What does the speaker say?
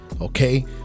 okay